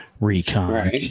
recon